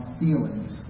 feelings